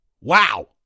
wow